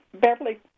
Beverly